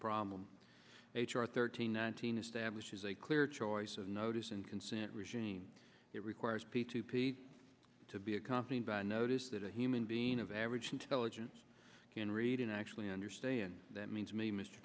problem h r thirteen nineteen establishes a clear choice of notice and consent regime it requires p two p to be accompanied by a notice that a human being of average intelligence can read and actually understand that means me mr